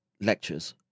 lectures